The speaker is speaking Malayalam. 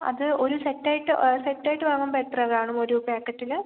അത് ഒരു സെറ്റ് ആയിട്ട് സെറ്റ് ആയിട്ട് വാങ്ങുമ്പം എത്ര കാണും ഒരു പാക്കറ്റിൽ